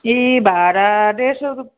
ए भाडा डेढ सौ रुपियाँ